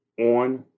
on